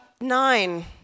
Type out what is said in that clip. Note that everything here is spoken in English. Nine